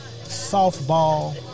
softball